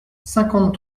cinquante